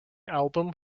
album